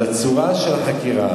על צורת החקירה,